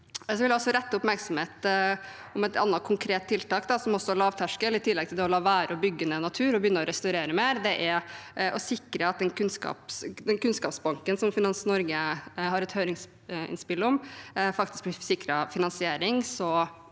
Jeg vil også rette oppmerksomhet mot et annet konkret tiltak, som også er lavterskel, i tillegg til å la være å bygge ned natur og begynne å restaurere mer. Det er å sikre at den kunnskapsbanken som Finans Norge har et høringsinnspill om, faktisk blir sikret finansiering,